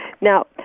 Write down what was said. Now